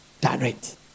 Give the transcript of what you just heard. direct